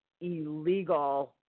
illegal